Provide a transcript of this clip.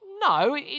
No